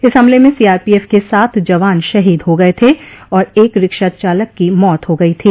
इस हमले में सीआरपीएफ के सात जवान शहीद हो गये थे और एक रिक्शाचालक की मौत हो गई थी